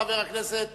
חבר הכנסת